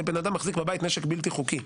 זה בן אדם מחזיק בבית נשק בלתי חוקי.